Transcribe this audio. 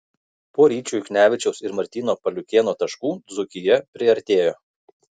po ryčio juknevičiaus ir martyno paliukėno taškų dzūkija priartėjo